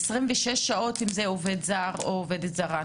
26 שעות אם זה עובד זר או עובדת זרה,